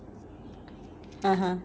(uh huh)